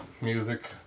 music